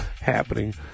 happening